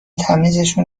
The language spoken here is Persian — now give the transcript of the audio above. تمیزشون